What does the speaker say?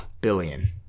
Billion